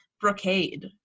brocade